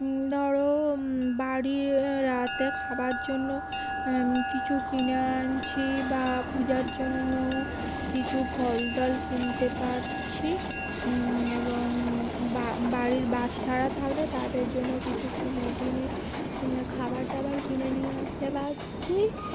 ধরো বাড়ির রাতে খাবার জন্য কিছু কিনে আনছি বা পূজার জন্য কিছু ফলটল কিনতে পারছি এবং বাড়ির বাচ্চারা থাকলে তাদের জন্য কিছু কিনে টিনে ইয়ে খাবার টাবার কিনে নিয়ে আসতে পারছি